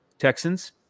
Texans